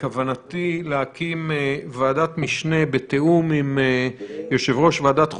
בכוונתי להקים ועדת משנה בתיאום עם יושב-ראש ועדת חוקה,